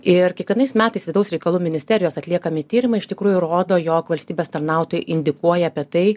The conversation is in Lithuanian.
ir kiekvienais metais vidaus reikalų ministerijos atliekami tyrimai iš tikrųjų rodo jog valstybės tarnautojai indikuoja apie tai